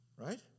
Right